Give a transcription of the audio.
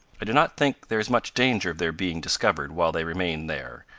i do not think there is much danger of their being discovered while they remain there,